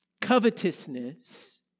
Covetousness